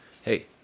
hey